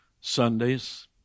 Sundays